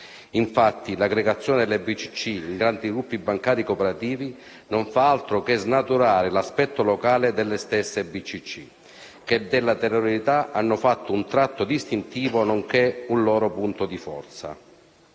Infatti, l'aggregazione delle BCC in grandi gruppi bancari cooperativi non fa altro che snaturare l'aspetto locale delle stesse BCC, che della territorialità hanno fatto un tratto distintivo nonché un loro punto di forza.